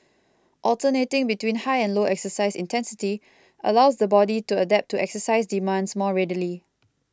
alternating between high and low exercise intensity allows the body to adapt to exercise demands more readily